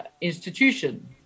institution